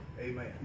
Amen